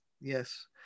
Yes